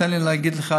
תן לי להגיד לך,